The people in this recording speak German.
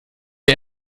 wir